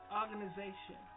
organization